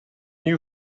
you